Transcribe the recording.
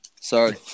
sorry